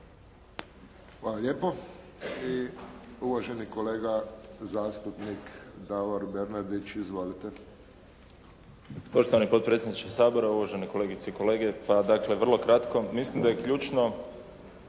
Hvala lijepo. I uvaženi kolega zastupnik Davor Bernardić. Izvolite.